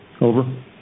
Over